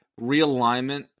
realignment